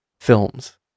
films